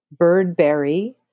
birdberry